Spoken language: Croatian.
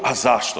A zašto?